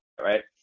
right